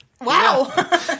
Wow